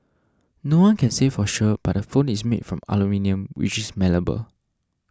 no one can say for sure but the phone is made from aluminium which is malleable